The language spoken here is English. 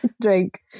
drink